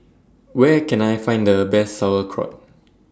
Where Can I Find The Best Sauerkraut